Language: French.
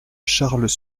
charles